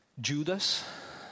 Judas